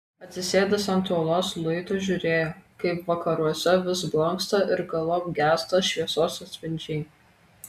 atsisėdęs ant uolos luito žiūrėjo kaip vakaruose vis blanksta ir galop gęsta šviesos atspindžiai